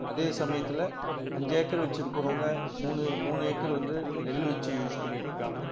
அதே சமயத்தில் அஞ்சு ஏக்கர் வச்சிருக்குறவங்க மூணு மூணு ஏக்கர் வந்து நெல்லு வச்சு யூஸ் பண்ணிட்டு இருக்காங்க